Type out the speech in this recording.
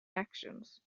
actions